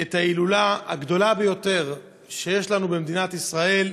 את ההילולה הגדולה ביותר שיש לנו במדינת ישראל,